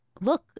look